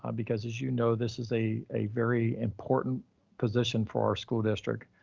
um because as you know, this is a a very important position for our school district.